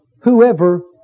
Whoever